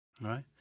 Right